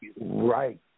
Right